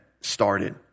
started